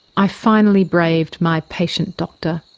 i finally braved my patient doctor.